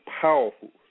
powerful